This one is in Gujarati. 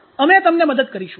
અમે તમને મદદ કરીશું